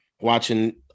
watching